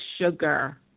sugar